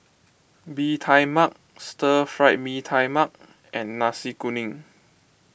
Bee Tai Mak Stir Fried Mee Tai Mak and Nasi Kuning